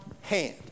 hand